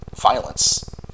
violence